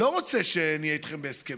לא רוצה שנהיה איתכם בהסכמים,